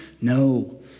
No